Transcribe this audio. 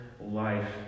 life